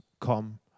come